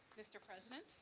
mr. president,